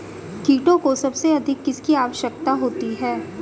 कीटों को सबसे अधिक किसकी आवश्यकता होती है?